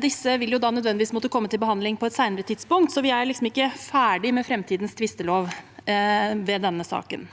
Disse vil nødvendigvis måtte komme til behandling på et senere tidspunkt, så vi er ikke ferdige med framtidens tvistelov ved denne saken.